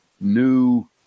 new